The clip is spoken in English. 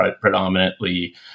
predominantly